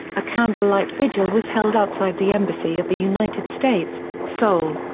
a candlelight vigil was held outside the embassy of the united states, seoul.